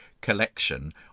collection